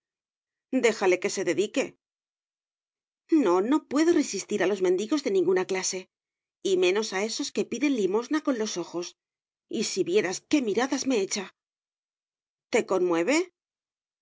déjale que se dedique no no puedo resistir a los mendigos de ninguna clase y menos a esos que piden limosna con los ojos y si vieras qué miradas me echa te conmueve